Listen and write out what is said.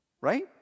Right